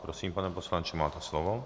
Prosím, pane poslanče, máte slovo.